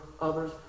others